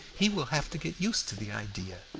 he will have to get used to the idea,